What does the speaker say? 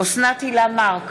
אוסנת הילה מארק,